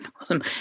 Awesome